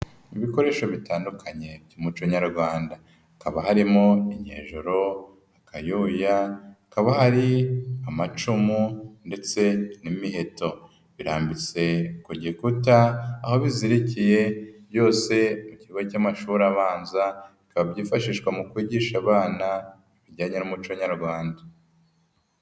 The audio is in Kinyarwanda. Ibikoresho bitandukanye by'umuco nyarwanda hakaba harimo: inyejoro, akayuya, hakaba hari amacumu ndetse n'imiheto irambitse kugikuta, aho bizirikiye byose ku kigo cy'amashuri abanza, bikaba byifashishwa mu kwigisha abana ibijyanye n'umuco nyarwanda.